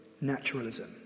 naturalism